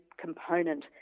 component